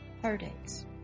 heartaches